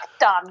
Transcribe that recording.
done